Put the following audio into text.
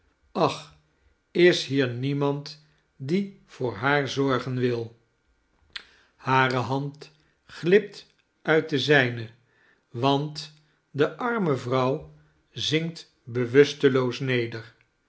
ach is hier niemand die voor haar zorgen wil hare hand glipt uit de zijne want de arme vrouw zinkt bewusteloos neder